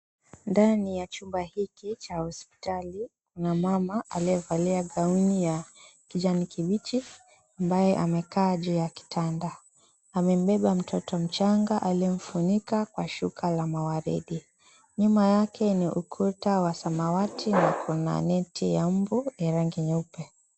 Ndani ya chumba hiki cha hospitali kuna mama aliyevalia gauni ya kijani kibichi ambaye amekaa juu ya kitanda amembeba mtoto mchanga aliyemfunika kwa shuka la mawaridi, nyuma yake ni ukuta wa samawati na neti ya umbu ya rangi nyeupe.